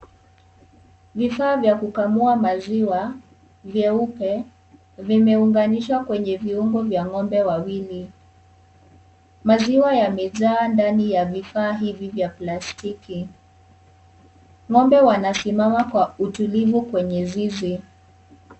Vifaa vya kukamua maziwa vyeupe vimeunganishwa kwenye viungo vya ng'ombe wawili. Maziwa yamejaa ndani ya vifaa hivi vya plastiki. Ng'ombe wanasimama kwa utulivu kwenye zizi.